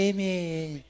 Amen